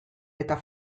eta